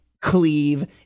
cleave